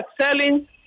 selling